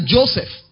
Joseph